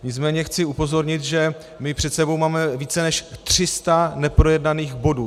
Nicméně chci upozornit, že my před sebou máme více než 300 neprojednaných bodů.